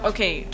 Okay